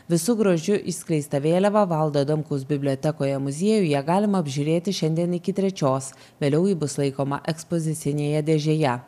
visu grožiu išskleistą vėliavą valdo adamkaus bibliotekoje muziejuje galima apžiūrėti šiandien iki trečios vėliau ji bus laikoma ekspozicinėje dėžėje